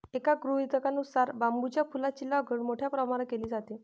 एका गृहीतकानुसार बांबूच्या फुलांची लागवड मोठ्या प्रमाणावर केली जाते